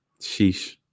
Sheesh